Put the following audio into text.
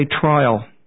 trial